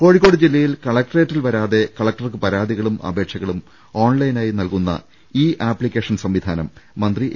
കോഴിക്കോട് ജില്ലയിൽ കലക്ടറേറ്റിൽ വരാതെ കല ക്ടർക്ക് പരാതികളും അപേക്ഷകളും ഓൺലൈനായി നൽകുന്ന ഇ ആപ്ലിക്കേഷൻ സംവിധാനം മന്ത്രി എ